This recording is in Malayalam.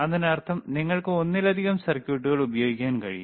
അതിനർത്ഥം നിങ്ങൾക്ക് ഒന്നിലധികം സർക്യൂട്ടുകൾ ഉപയോഗിക്കാൻ കഴിയും